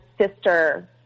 sister